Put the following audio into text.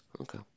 Okay